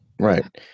Right